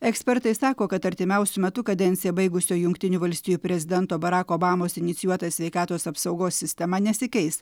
ekspertai sako kad artimiausiu metu kadenciją baigusio jungtinių valstijų prezidento barako obamos inicijuota sveikatos apsaugos sistema nesikeis